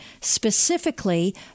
specifically